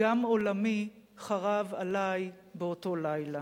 גם עולמי חרב עלי באותו לילה.